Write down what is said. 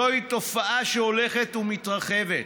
זוהי תופעה שהולכת ומתרחבת,